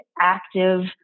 active